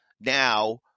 now